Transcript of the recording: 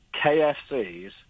KFCs